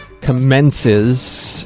commences